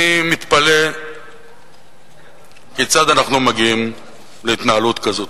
אני מתפלא כיצד אנחנו מגיעים להתנהלות כזאת.